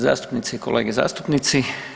Zastupnici i kolege zastupnici.